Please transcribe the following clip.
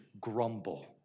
grumble